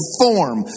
form